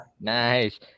Nice